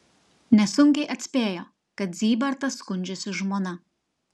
nesunkiai atspėjo kad zybartas skundžiasi žmona